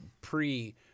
pre-